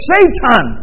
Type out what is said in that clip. Satan